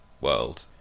world